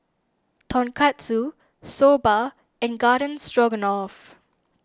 Tonkatsu Soba and Garden Stroganoff